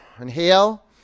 Inhale